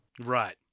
right